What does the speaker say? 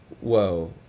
whoa